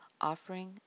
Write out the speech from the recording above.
offering